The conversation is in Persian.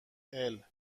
الکادوی